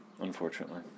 Unfortunately